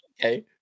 okay